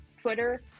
Twitter